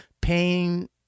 pain